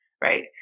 right